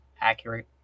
accurate